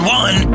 one